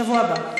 בשבוע הבא.